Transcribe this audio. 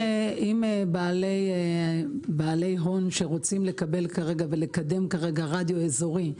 בעלי הון שרוצים לקבל ולקדם כרגע רדיו אזורי,